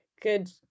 good